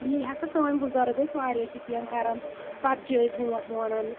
یی ہسا سٲنۍ بُزَرٕگ ٲسۍ واریاہ تہِ کینٛہہ کَران پَرچہِ ٲسۍ برونٹھ وۄنان